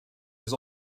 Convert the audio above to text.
des